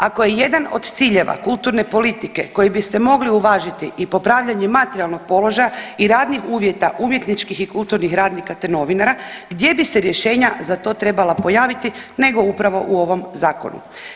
Ako je jedan od ciljeva kulturne politike koji biste mogli uvažiti i popravljanje materijalnog položaja i radnih uvjeta umjetničkih i kulturnih radnika, te novinara gdje bi se rješenja za to trebala pojaviti nego upravo u ovom zakonu.